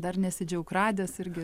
dar nesidžiauk radęs irgi